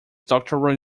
doctoral